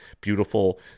beautiful